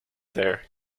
there